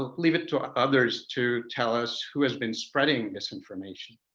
ah leave it to others to tell us who has been spreading this information.